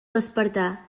despertar